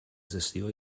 gestió